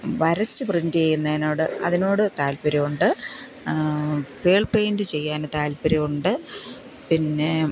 വരച്ച് പ്രിൻറ്റ് ചെയ്യുന്നതിനോട് അതിനോട് താല്പ്പര്യം ഉണ്ട് പേള് പെയിന്റ് ചെയ്യാന് താല്പ്പര്യം ഉണ്ട് പിന്നെ